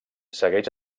segueix